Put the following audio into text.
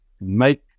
make